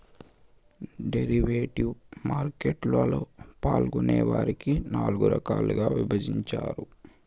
derivative market లలో పాల్గొనే వారిని నాల్గు రకాలుగా విభజించారు